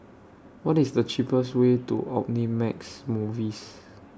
What IS The cheapest Way to Omnimax Movies